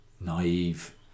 naive